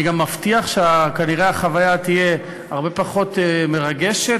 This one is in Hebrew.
אני גם מבטיח שכנראה החוויה תהיה הרבה פחות מרגשת